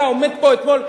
אתה עומד פה אתמול,